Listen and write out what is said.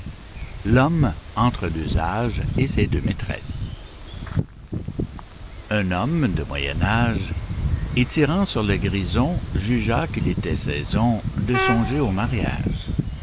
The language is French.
l'homme entre deux âges et un homme de moyen âge et tirant sur le grison jugea qu'il était saison de songer au mariage